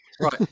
right